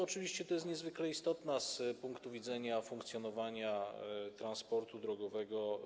Oczywiście to jest niezwykle istotna regulacja z punktu widzenia funkcjonowania transportu drogowego.